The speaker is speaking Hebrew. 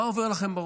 מה עובר לכם בראש?